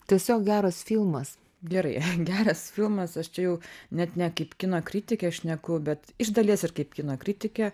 tiesiog geras filmas gerai geras filmas aš čia jau net ne kaip kino kritikė šneku bet iš dalies ir kaip kino kritikė